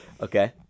Okay